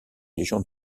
légion